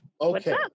Okay